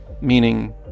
Meaning